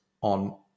on